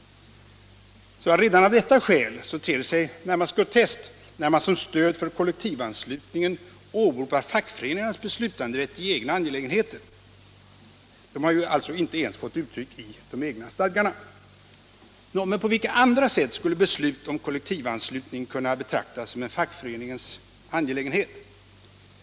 Redan av detta skäl ter det sig närmast groteskt när man som stöd för kollektivanslutningen åberopar fackföreningarnas beslutanderätt i egna angelägenheter. Dessa angelägenheter har ju inte ens fått uttryck i de egna stadgarna. Men på vilka andra sätt skulle beslut om kollektivanslutningen kunna betraktas som fackföreningens angelägenhet?